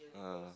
ah